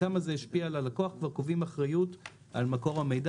כמה זה ישפיע על הלקוח כבר קובעים אחריות על מקור המידע.